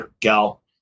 gal